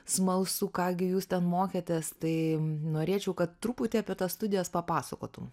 smalsu ką gi jūs ten mokėtės tai norėčiau kad truputį apie tas studijas papasakotum